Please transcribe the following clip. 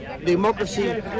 democracy